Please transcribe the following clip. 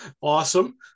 Awesome